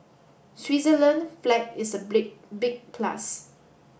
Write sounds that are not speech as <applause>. Switzerland flag is a <unintelligible> big plus